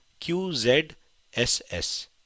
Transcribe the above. QZSS